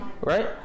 right